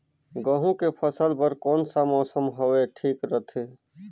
गहूं के फसल बर कौन सा मौसम हवे ठीक रथे?